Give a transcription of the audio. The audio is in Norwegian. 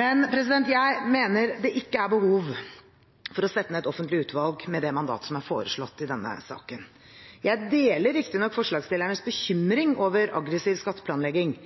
Men jeg mener det ikke er behov for å sette ned et offentlig utvalg med det mandatet som er foreslått i denne saken. Jeg deler riktignok forslagsstillernes bekymring over aggressiv skatteplanlegging,